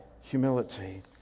humility